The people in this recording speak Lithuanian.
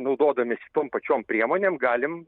naudodamiesi tom pačiom priemonėm galim